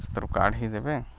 କାଢ଼ି ଦେବେ